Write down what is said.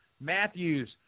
Matthews